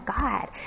God